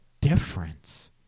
difference